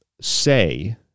say